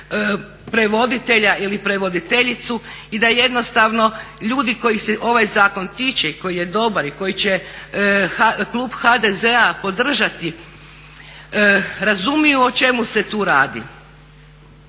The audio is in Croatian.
prevoditelja ili prevoditeljicu i da jednostavno ljudi kojih se ovaj zakon tiče i koji je dobar i koji će klub HDZ-a podržati razumiju o čemu se tu radi.